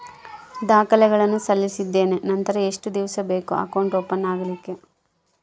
ದಾಖಲೆಗಳನ್ನು ಸಲ್ಲಿಸಿದ್ದೇನೆ ನಂತರ ಎಷ್ಟು ದಿವಸ ಬೇಕು ಅಕೌಂಟ್ ಓಪನ್ ಆಗಲಿಕ್ಕೆ?